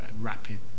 rapid